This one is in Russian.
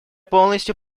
полностью